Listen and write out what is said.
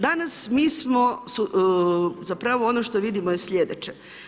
Danas mi smo, zapravo ono što vidimo je sljedeće.